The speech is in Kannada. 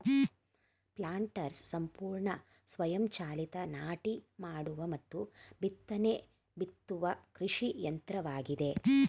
ಪ್ಲಾಂಟರ್ಸ್ ಸಂಪೂರ್ಣ ಸ್ವಯಂ ಚಾಲಿತ ನಾಟಿ ಮಾಡುವ ಮತ್ತು ಬಿತ್ತನೆ ಬಿತ್ತುವ ಕೃಷಿ ಯಂತ್ರವಾಗಿದೆ